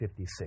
56